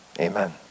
Amen